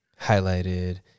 highlighted